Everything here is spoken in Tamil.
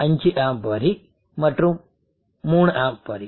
5 ஆம்ப் வரி மற்றும் 3 ஆம்ப் வரி